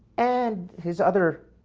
and his other